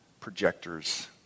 projectors